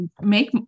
make